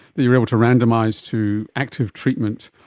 that you're able to randomise to active treatment,